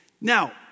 Now